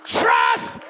trust